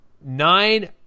nine